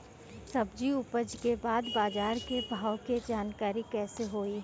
सब्जी उपज के बाद बाजार के भाव के जानकारी कैसे होई?